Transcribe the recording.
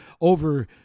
over